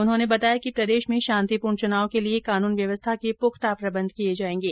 उन्होंने बताया कि प्रदेश में शांतिपूर्ण चुनाव के लिये कानून व्यवस्था के पुख्ता प्रबंध किए जाएंगे